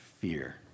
fear